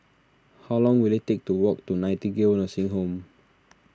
how long will it take to walk to Nightingale Nursing Home